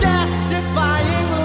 Death-defying